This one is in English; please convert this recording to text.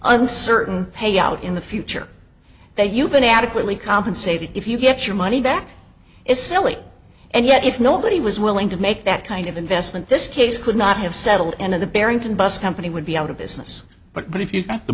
uncertain payout in the future that you've been adequately compensated if you get your money back is silly and yet if nobody was willing to make that kind of investment this case could not have settled and of the barrington bus company would be out of business but if you